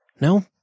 No